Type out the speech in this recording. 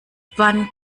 wann